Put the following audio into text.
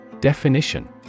Definition